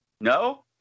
No